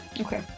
Okay